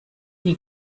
nie